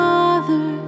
Father